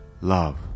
Love